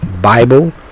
Bible